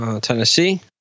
Tennessee